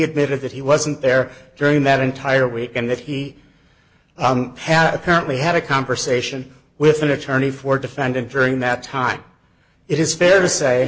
admitted that he wasn't there during that entire week and that he had apparently had a conversation with an attorney for defendant during that time it is fair to say